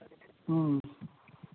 ह्म्म